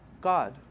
God